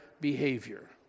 behavior